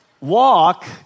Walk